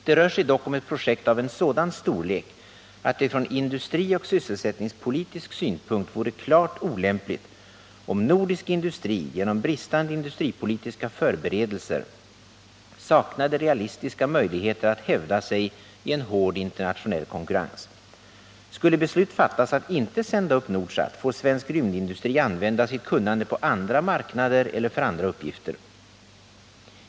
Det rör sig dock om ett projekt av en sådan storlek att det från industrioch sysselsättningspolitisk synpunkt vore klart olämpligt om nordisk industri genom bristande industripolitiska förberedelser saknade realistiska möjligheter att hävda sig i en hård internationell konkurrens. Skulle beslut fattas att inte sända upp Nordsat får svensk rymdindustri använda sitt kunnande på andra marknader eller för andra uppgifter.